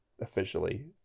officially